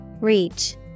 reach